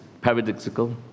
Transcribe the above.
paradoxical